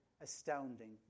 astounding